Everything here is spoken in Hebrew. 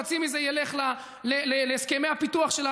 חצי מזה ילך להסכמי הפיתוח,